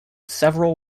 several